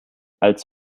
als